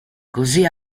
così